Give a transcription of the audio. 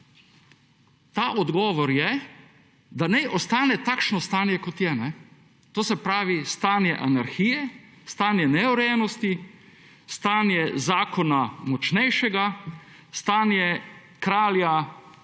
Ta odgovor je, da naj ostane takšno stanje, kot je. To se pravi, stanje anarhije, stanje neurejenosti, stanje zakona močnejšega, stanje kralja tistega